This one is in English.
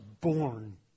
born